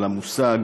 על המושג: